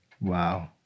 Wow